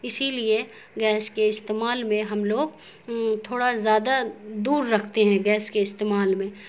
اسی لیے گیس کے استعمال میں ہم لوگ تھوڑا زیادہ دور رکھتے ہیں گیس کے استعمال میں